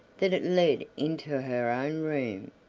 that it led into her own room,